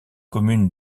commune